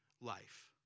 life